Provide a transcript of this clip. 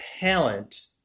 talent